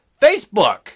Facebook